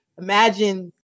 imagine